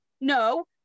no